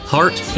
Heart